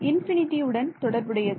infinity உடன் தொடர்புடையது